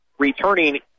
returning